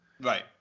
Right